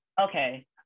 okay